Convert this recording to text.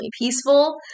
peaceful